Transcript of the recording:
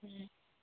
हँ